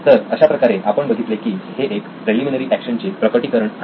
तर अशाप्रकारे आपण बघितले की हे एक प्रेलिमिनरी ऍक्शन चे प्रकटीकरण आहे